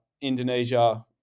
Indonesia